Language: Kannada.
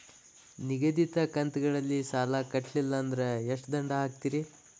ನಿಗದಿತ ಕಂತ್ ಗಳಲ್ಲಿ ಸಾಲ ಕಟ್ಲಿಲ್ಲ ಅಂದ್ರ ಎಷ್ಟ ದಂಡ ಹಾಕ್ತೇರಿ?